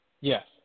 Yes